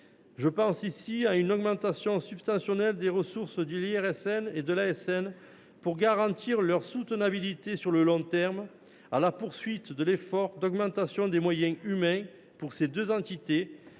Je pense ici à une augmentation substantielle des ressources de l’IRSN et de l’ASN pour garantir leur soutenabilité sur le long terme, à la poursuite de l’effort d’augmentation des moyens humains pour ces deux entités,